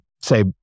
say